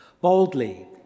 Boldly